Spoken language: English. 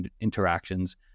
interactions